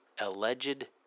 alleged